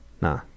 Nah